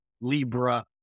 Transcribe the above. Libra